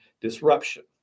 disruption